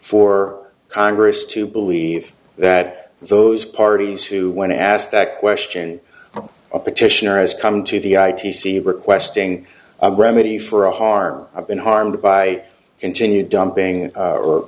for congress to believe that those parties who when asked that question a petitioners come to the i t c requesting remedy for a harm i've been harmed by continued dumping